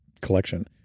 collection